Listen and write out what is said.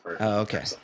Okay